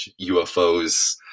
UFOs